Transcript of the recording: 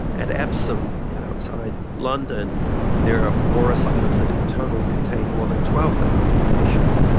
and epsom outside london there are four asylums that in total contain more than twelve thousand patients.